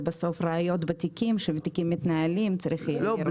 זה בסוף ראיות בתיקים שהתיקים מתנהלים --- לא,